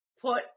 Put